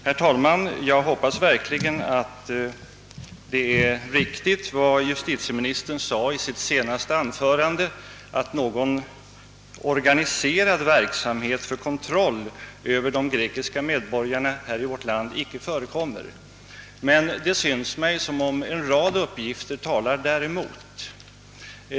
Herr talman! Jag hoppas verkligen att det är riktigt som justitieministern sade i sitt senaste anförande, att någon organiserad verksamhet för kontroll över de grekiska medborgarna i vårt land icke förekommer, men det synes mig som om en rad uppgifter talar däremot.